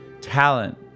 talent